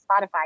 Spotify